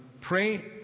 pray